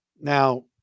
Now